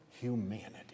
humanity